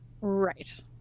Right